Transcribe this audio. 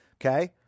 Okay